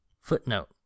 footnote